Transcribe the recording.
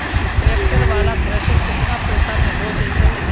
Tractor बाला thresher केतना पैसा में हो जैतै?